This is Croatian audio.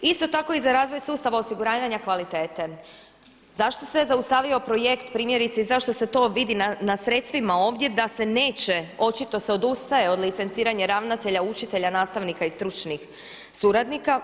Isto tako i za razvoj sustava osiguravanja kvalitete, zašto se zaustavio projekt primjerice i zašto se to vidi na sredstvima ovdje da se neće, očito se odustaje od licenciranja ravnatelja, učitelja, nastavnika i stručnih suradnika.